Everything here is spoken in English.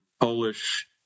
Polish